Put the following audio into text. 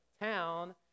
town